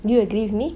do you agree with me